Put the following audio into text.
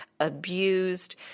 abused